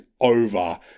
over